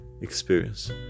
experience